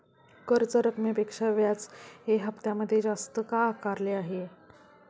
कर्ज रकमेपेक्षा व्याज हे हप्त्यामध्ये जास्त का आकारले आहे?